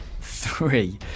Three